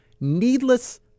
needless